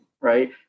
right